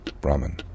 Brahman